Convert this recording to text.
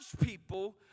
people